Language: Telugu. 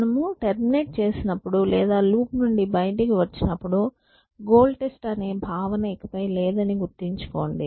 మనము టెర్మినేట్ చేసినపుడు లేదా లూప్ నుండి బయటకు వచ్చినప్పుడు గోల్ టెస్ట్ అనే భావన ఇకపై లేదని గుర్తుంచుకోండి